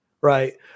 right